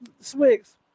Swigs